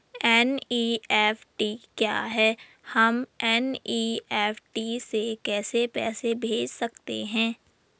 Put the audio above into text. NEFT क्या है हम एन.ई.एफ.टी से कैसे पैसे भेज सकते हैं?